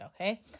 okay